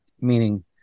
meaning